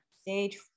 Stage